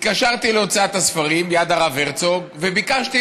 התקשרתי להוצאת הספרים יד הרב הרצוג וביקשתי: